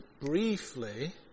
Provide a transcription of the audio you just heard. briefly